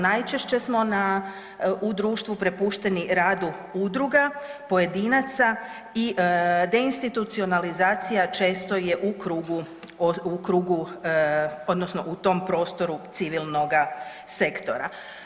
Najčešće smo na, u društvu prepušteni radu udruga, pojedinaca i deinstitucionalizacija često je u krugu, u krugu odnosno u tom prostoru civilnoga sektora.